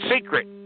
secret